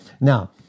Now